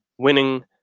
Winning